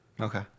Okay